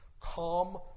calm